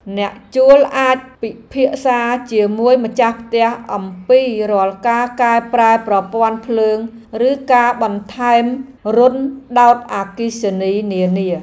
អ្នកជួលអាចពិភាក្សាជាមួយម្ចាស់ផ្ទះអំពីរាល់ការកែប្រែប្រព័ន្ធភ្លើងឬការបន្ថែមរន្ធដោតអគ្គិសនីនានា។